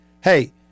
hey